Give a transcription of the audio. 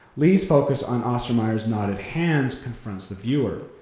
lee's focus on ostermeyer's knotted hands confronts the viewer,